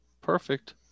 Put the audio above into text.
perfect